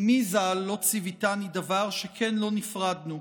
אימי ז"ל לא ציוויתני דבר, שכן לא נפרדנו.